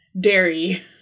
dairy